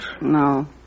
No